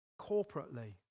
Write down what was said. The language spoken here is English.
corporately